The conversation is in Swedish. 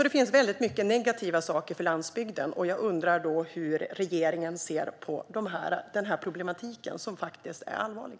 Det finns alltså många negativa saker för landsbygden, och jag undrar hur regeringen ser på den här problematiken som faktiskt är allvarlig.